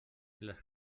les